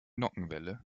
nockenwelle